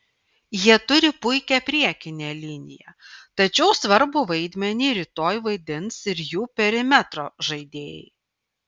jie turi puikią priekinę liniją tačiau svarbų vaidmenį rytoj vaidins ir jų perimetro žaidėjai